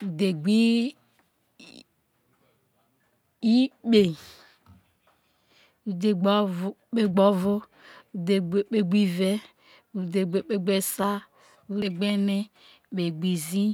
udhengbikpe udhegboikpegbovo udhegbikpegbive udhegbikegbesa kpegbene kpeghizii